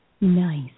Nice